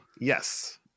Yes